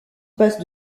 passe